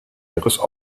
ihres